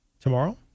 tomorrow